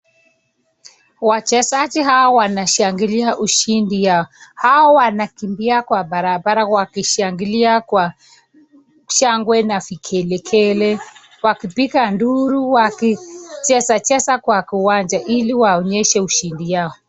Wachezaji hawa wanashangilia ushindi yao. Hawa wanakimbia kwa barabara wakishangilia kwa shangwe na vigelegele, wakipiga duru wakichezacheza kwa kiwanja ili waonyeshe ushindi yao.